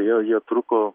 jie jie truko